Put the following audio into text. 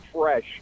fresh